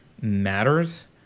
matters